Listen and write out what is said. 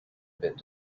bit